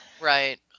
Right